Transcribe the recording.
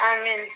Amen